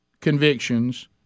convictions